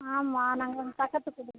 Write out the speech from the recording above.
ஆமாம் நாங்கள் இந்த பக்கத்துக்கு தெருதான்